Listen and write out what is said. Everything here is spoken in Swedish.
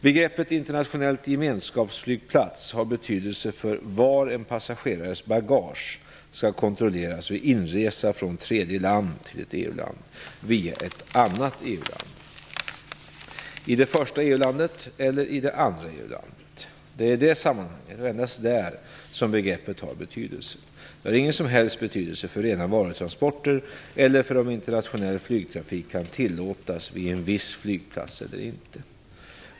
Begreppet "internationell gemenskapsflygplats" har betydelse för var en passagerares bagage skall kontrolleras vid inresa från tredje land till ett EU-land via ett annat EU-land - i det första EU-landet eller i det andra EU-landet. Det är i det sammanhanget och endast där som begreppet har betydelse. Det har ingen som helst betydelse för rena varutransporter eller för om internationell flygtrafik kan tillåtas vid en viss flygplats eller inte.